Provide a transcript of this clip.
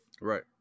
Right